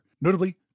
Notably